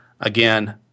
again